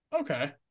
okay